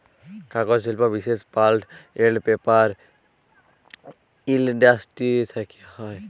কাগজ শিল্প বিশেষ পাল্প এল্ড পেপার ইলডাসটিরি থ্যাকে হ্যয়